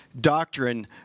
doctrine